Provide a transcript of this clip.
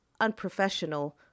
unprofessional